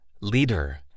leader